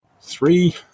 three